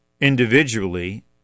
individually